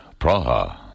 Praha